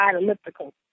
elliptical